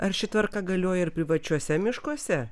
ar ši tvarka galioja ir privačiuose miškuose